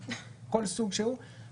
כל סוג שהוא של תו.